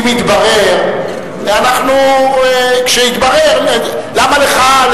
"אם יתברר" כשיתברר, למה לך?